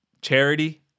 charity